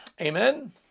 Amen